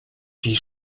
wie